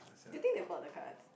do you think they bought the cards